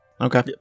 okay